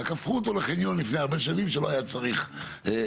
רק הפכו אותו לחניון לפני הרבה שנים כשלא היה צריך בנייה,